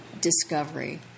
discovery